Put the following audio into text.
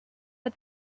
but